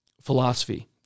philosophy